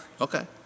Okay